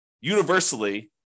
universally